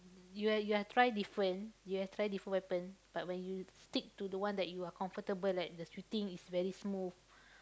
you are you are try different you are try different weapon but when you stick to the one that you are comfortable at the shooting is very smooth